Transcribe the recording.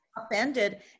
upended